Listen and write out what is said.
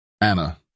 Anna